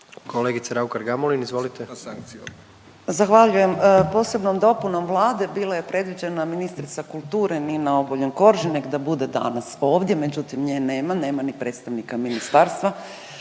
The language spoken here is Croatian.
**Raukar-Gamulin, Urša (Možemo!)** Zahvaljujem. Posebnom dopunom Vlade bilo je predviđena ministrica kulture Nina Obuljen Koržinek da bude danas ovdje, međutim, nje nema. Nema ni predstavnika ministarstva